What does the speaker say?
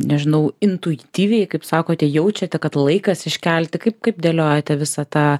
nežinau intuityviai kaip sakote jaučiate kad laikas iškelti kaip kaip dėliojate visą tą